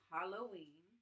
Halloween